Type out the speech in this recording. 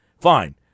Fine